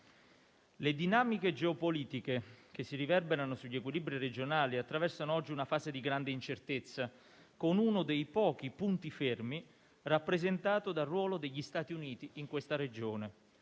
Le dinamiche geopolitiche che si riverberano sugli equilibri regionali attraversano oggi una fase di grande incertezza, con uno dei pochi punti fermi rappresentato dal ruolo degli Stati Uniti in questa regione,